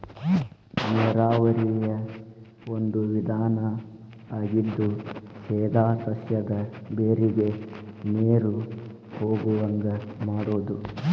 ನೇರಾವರಿಯ ಒಂದು ವಿಧಾನಾ ಆಗಿದ್ದು ಸೇದಾ ಸಸ್ಯದ ಬೇರಿಗೆ ನೇರು ಹೊಗುವಂಗ ಮಾಡುದು